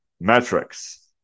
metrics